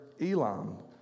Elam